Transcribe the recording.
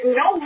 no